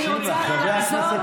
עכשיו אני רוצה לחזור על,